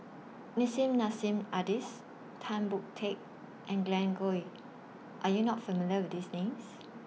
Nissim Nassim Adis Tan Boon Teik and Glen Goei Are YOU not familiar with These Names